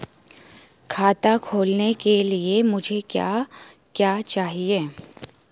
खाता खोलने के लिए मुझे क्या क्या चाहिए?